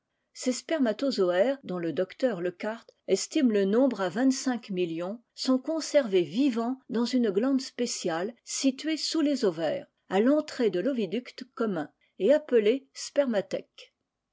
ces spermatozoaires dont le docteur leuckart estime le nombre à vingt-cinq millions sont conservés vivants dans une glande spéciale située sous les ovaires à l'entrée de l'oviducte commun et appelée